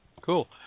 Cool